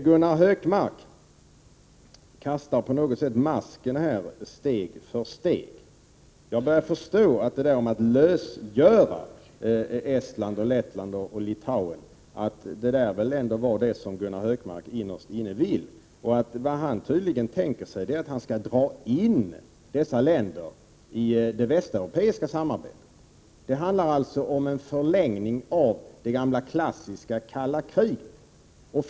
Gunnar Hökmark kastar på något sätt masken steg för steg. Jag börjar förstå att lösgörandet av Estland, Lettland och Litauen ändå var det som Gunnar Hökmark innerst önskar. Han tänker sig tydligen att man skall dra in dessa länder i det västeuropeiska samarbetet. Det handlar alltså om en förlängning av det gamla klassiska kalla kriget.